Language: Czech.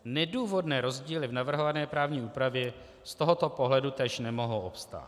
Nedůvodné rozdíly v navrhované právní úpravě z tohoto pohledu též nemohou obstát.